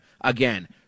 again